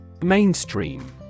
Mainstream